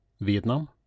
Vietnam